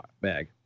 bag